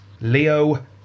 Leo